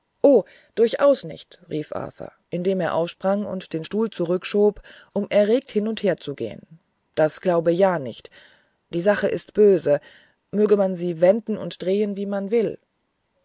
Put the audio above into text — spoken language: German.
durchaus nicht rief arthur indem er aufsprang und den stuhl zurückschob um erregt hin und her zu gehen glaube das ja nicht die sache ist böse möge man sie wenden und drehen wie man will